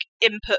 input